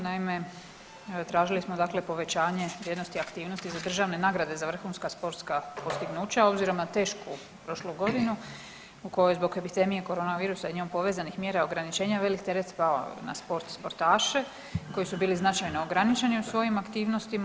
Naime, tražili smo dakle povećanje vrijednosti aktivnosti za državne nagrade za vrhunska sportska postignuća obzirom na tešku prošlu godinu u kojoj je zbog epidemije korona virusa i njom povezanih mjera ograničenja velik teret spao na sport, sportaše koji su bili značajno ograničeni u svojim aktivnostima.